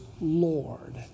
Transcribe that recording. Lord